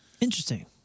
Interesting